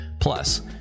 Plus